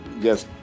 yes